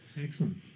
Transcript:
Excellent